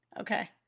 Okay